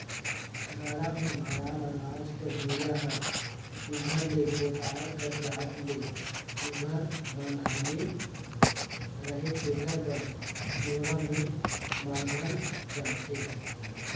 गाड़ा मे भराल अनाज कर बीड़ा हर सुग्घर ले कोठार कर जात ले सुघर बंधाले रहें तेकर बर डोरा मे बाधल जाथे